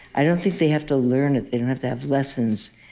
i don't think they have to learn it. they don't have to have lessons.